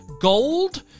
gold